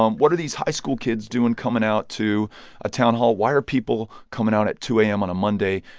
what are these high school kids doing coming out to a town hall? why are people coming out at two a m. on a monday?